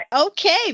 Okay